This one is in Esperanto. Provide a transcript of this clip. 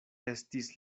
estis